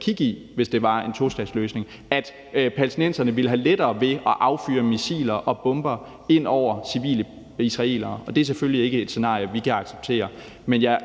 kigge i, hvis det var en tostatsløsning: at palæstinenserne ville have lettere ved at affyre missiler og bomber ind over civile israelere. Det er selvfølgelig ikke et scenarie, vi kan acceptere. Men jeg